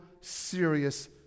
serious